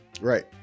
right